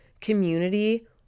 community